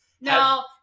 No